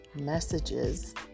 messages